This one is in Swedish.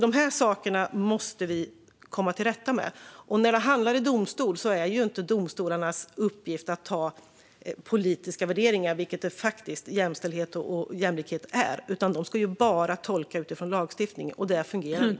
Dessa saker måste vi komma till rätta med. När detta hamnar i domstol är domstolarnas uppgift inte att göra politiska värderingar, som jämställdhet och jämlikhet handlar om, utan de ska bara tolka utifrån lagstiftningen, och det fungerar inte.